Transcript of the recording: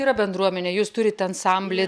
yra bendruomenė jūs turit ansamblį